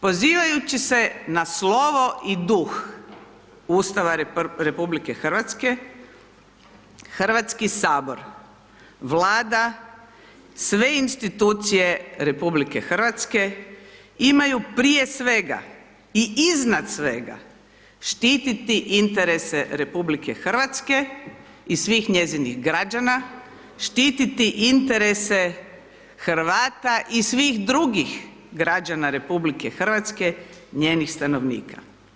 Pozivajući se na slovo i duh Ustava RH, Hrvatski sabor, Vlada, sve institucije RH imaju prije svega i iznad svega štititi interese RH i svih njezinih građana, štititi interese Hrvata i svih drugih građana RH, njenih stanovnika.